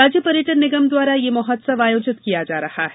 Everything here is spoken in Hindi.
राज्य पर्यटन निगम द्वारा ये महोत्सव आयोजित किया जा रहा है